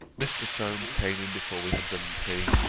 mr. solmes came in before we had done tea.